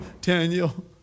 Daniel